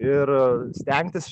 ir stengtis